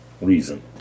reason